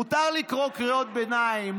מותר לקרוא קריאות ביניים,